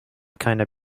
kinda